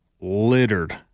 littered